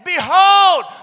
behold